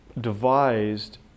devised